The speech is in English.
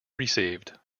received